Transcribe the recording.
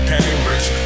Cambridge